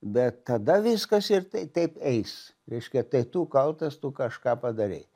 bet tada viskas ir tai taip eis reiškia tai tu kaltas tu kažką padarei